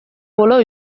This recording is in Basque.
bolo